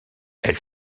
elle